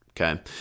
Okay